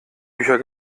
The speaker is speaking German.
bücher